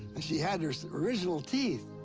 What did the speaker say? and she had her original teeth.